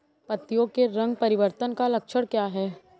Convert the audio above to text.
पत्तियों के रंग परिवर्तन का लक्षण क्या है?